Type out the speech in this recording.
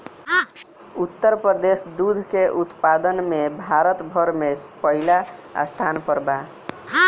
उत्तर प्रदेश दूध के उत्पादन में भारत भर में पहिले स्थान पर बा